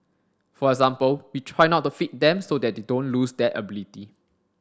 for example we try not to feed them so that they don't lose that ability